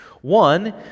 One